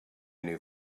new